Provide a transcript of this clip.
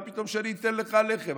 מה פתאום שאני אתן לך לחם?